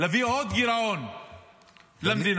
להביא עוד גירעון למדינה,